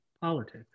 politics